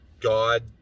God